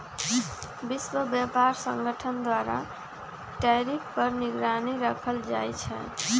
विश्व व्यापार संगठन द्वारा टैरिफ पर निगरानी राखल जाइ छै